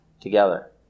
together